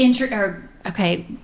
okay